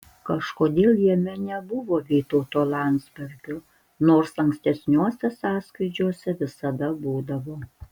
kažkodėl jame nebuvo vytauto landsbergio nors ankstesniuose sąskrydžiuose visada būdavo